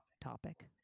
topic